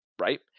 Right